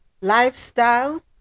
lifestyle